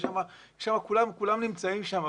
כולם נמצאים שם,